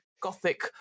gothic